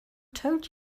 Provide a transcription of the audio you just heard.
told